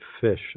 fish